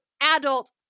adult